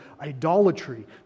idolatry